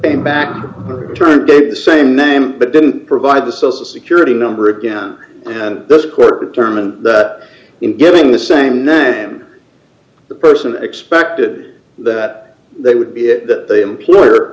name back to return the same name but didn't provide the social security number again and this court determined that in giving the same name the person expected that they would be that the employer